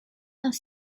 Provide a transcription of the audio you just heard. vingt